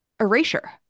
erasure